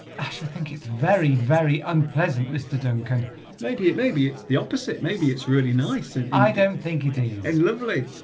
ah think it's very very unpleasant mr. duncan maybe it maybe it's the opposite maybe it's really nice and i don't think it is lovely